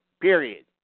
Period